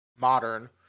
modern